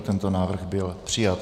Tento návrh byl přijat.